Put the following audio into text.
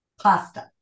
Pasta